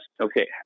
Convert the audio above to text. okay